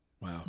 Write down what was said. Wow